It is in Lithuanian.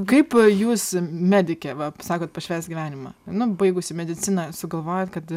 kaip jūs medikė va sakot pašvęst gyvenimą nu baigusi mediciną sugalvojot kad